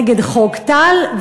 נגד חוק טל.